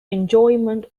enjoyment